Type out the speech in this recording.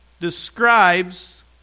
describes